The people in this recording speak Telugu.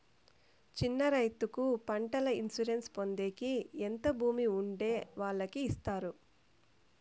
చిన్న రైతుకు పంటల ఇన్సూరెన్సు పొందేకి ఎంత భూమి ఉండే వాళ్ళకి ఇస్తారు?